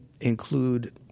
include